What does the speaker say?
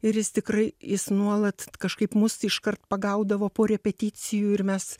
ir jis tikrai jis nuolat kažkaip mus iškart pagaudavo po repeticijų ir mes